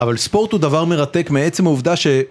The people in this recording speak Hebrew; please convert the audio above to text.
אבל ספורט הוא דבר מרתק מעצם העובדה ש...